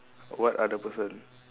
what other person